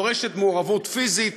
דורשת מעורבות פיזית,